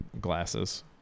glasses